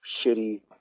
shitty